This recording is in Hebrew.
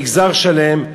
מגזר שלם,